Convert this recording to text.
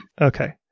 Okay